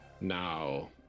Now